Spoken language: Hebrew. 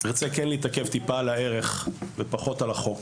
רוצה כן להתעכב טיפה על הערך, ופחות על החוק.